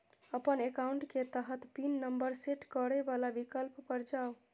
अपन एकाउंट के तहत पिन नंबर सेट करै बला विकल्प पर जाउ